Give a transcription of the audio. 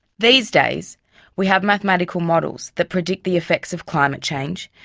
these days we have mathematical models that predict the effects of climate change,